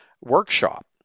Workshop